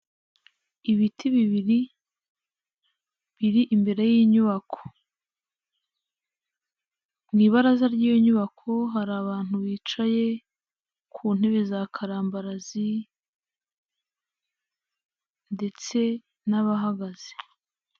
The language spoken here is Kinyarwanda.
Ibiti bibiri biri imbere y'inyubako, mu ibara ry'iyo nyubako hari abantu bicaye ku ntebe za karambarazi ndetse n'abahagaze.